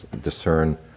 discern